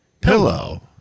Pillow